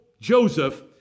Joseph